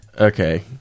Okay